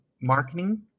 marketing